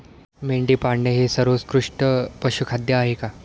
मेंढी पाळणे हे सर्वोत्कृष्ट पशुखाद्य आहे का?